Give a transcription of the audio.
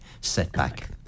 setback